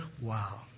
wow